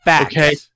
Okay